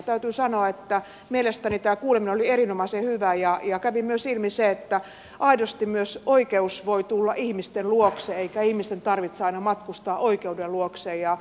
täytyy sanoa että mielestäni tämä kuuleminen oli erinomaisen hyvä ja kävi myös ilmi se että aidosti myös oikeus voi tulla ihmisten luokse eikä ihmisten tarvitse aina matkustaa oikeuden luokse